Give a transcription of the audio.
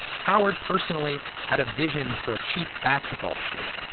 howard personally had a vision for cheap basketball shoe.